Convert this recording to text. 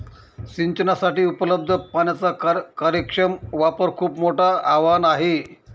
सिंचनासाठी उपलब्ध पाण्याचा कार्यक्षम वापर खूप मोठं आवाहन आहे